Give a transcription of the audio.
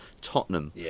Tottenham